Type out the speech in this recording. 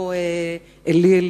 כמו "אלי,